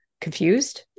confused